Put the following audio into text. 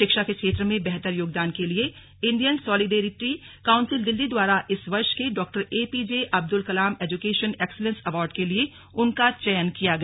शिक्षा के क्षेत्र में बेहतर योगदान के लिए इंडियन सॉलिडेरिटी काउंसिल दिल्ली द्वारा इस वर्ष के doctor APJ Abdul Kalam education excellence award के लिए उनका चयन किया गया